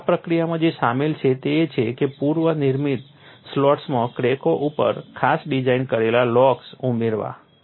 અને આ પ્રક્રિયામાં જે સામેલ છે તે એ છે કે પૂર્વ નિર્મિત સ્લોટ્સમાં ક્રેકો ઉપર ખાસ ડિઝાઇન કરેલા લોક્સ ઉમેરવા